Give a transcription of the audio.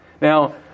Now